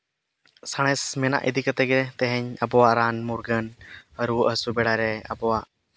ᱥᱟᱬᱮᱥ ᱢᱮᱱᱟᱜ ᱤᱫᱤ ᱠᱟᱛᱮᱫ ᱜᱮ ᱛᱮᱦᱤᱧ ᱟᱵᱚᱣᱟᱜ ᱨᱟᱱ ᱢᱩᱨᱜᱟᱹᱱ ᱨᱩᱣᱟᱹ ᱦᱟᱹᱥᱩ ᱵᱮᱲᱟᱨᱮ ᱟᱵᱚᱣᱟᱜ